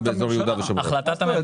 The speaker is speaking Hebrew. מה זאת אומרת?